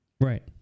right